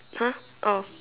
!huh! oh